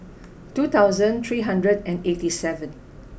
two thousand three hundred and eighty seven